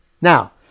Now